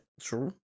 true